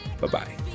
Bye-bye